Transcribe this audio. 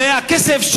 זה כסף,